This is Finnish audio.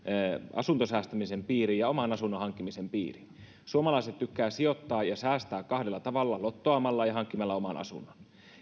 asuntosäästämisen piiriin ja oman asunnon hankkimisen piiriin suomalaiset tykkäävät sijoittaa ja säästää kahdella tavalla lottoamalla ja hankkimalla oman asunnon